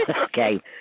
Okay